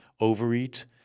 overeat